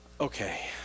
Okay